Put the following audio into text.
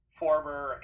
former